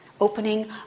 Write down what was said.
opening